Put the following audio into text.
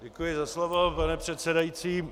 Děkuji za slovo, pane předsedající.